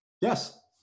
Yes